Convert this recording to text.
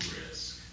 risk